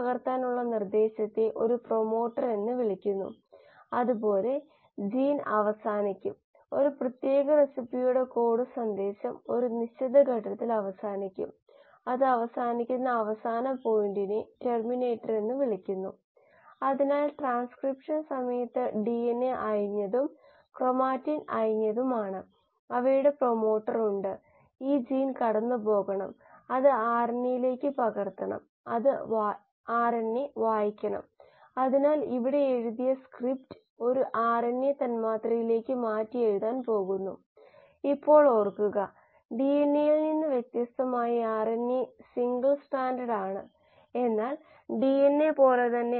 അതെ കോശ ഗാഢതയ്ക്ക് എടുക്കുന്ന സമയമാണിത് തുടക്കത്തിൽ ഉള്ള ജീവ കോശ സാന്ദ്രത 𝑥𝑣0 മുതൽ അവസാനത്തിലുള്ള ജീവ കോശ സാന്ദ്രത 𝑥𝑣 എന്നത് താഴെ പറയും പ്രകാരമാണ് ഒരു ദശാംശ റിഡക്ഷൻ സമയം എന്ന ആശയം നമ്മൾ കണ്ടു ഇത് ഒരു നിശ്ചിത താപനിലയിൽ കോശ ഗാഢത പത്തിരട്ടി കുറയ്ക്കുന്നതിനുള്ള സമയമാണ്